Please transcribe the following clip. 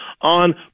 on